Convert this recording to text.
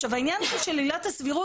עכשיו העניין של עילת הסבירות,